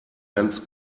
ganz